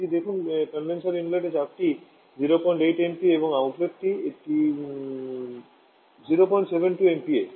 এটি দেখুন কনডেনসার ইনলেটতে চাপটি 08 এমপিএ এবং আউটলেটটি এটি 072 এমপিএ